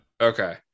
Okay